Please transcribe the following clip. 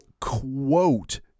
quote